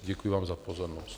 Děkuji vám za pozornost.